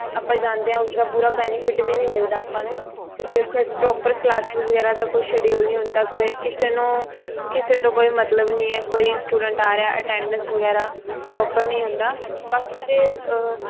ਆਪਾਂ ਜਾਂਦੇ ਹਾਂ ਉਸਦਾ ਪੂਰਾ ਬੈਨੀਫਿਟ ਵੀ ਨਹੀ ਮਿਲਦਾ ਆਪਾਂ ਨੂੰ ਕਿਉਂਕਿ ਉੱਥੇ ਪ੍ਰੋਪਰ ਕਲਾਸਿਸ ਵਗੈਰਾ ਦਾ ਕੋਈ ਸ਼ਡਿਊਲ ਨਹੀਂ ਹੁੰਦਾ ਕੋਈ ਕਿਸੇ ਨੂੰ ਕਿਸੇ ਤੋਂ ਕੋਈ ਮਤਲਬ ਨਹੀਂ ਹੈ ਕੋਈ ਸਟੂਡੈਂਟ ਆ ਰਿਹਾ ਅਟੈਂਡੈਂਸ ਵਗੈਰਾ ਪ੍ਰੋਪਰ ਨਹੀਂ ਹੁੰਦਾ ਬਾਕੀ ਜੇ